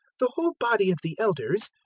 the whole body of the elders,